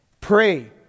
Pray